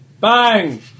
Bang